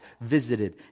visited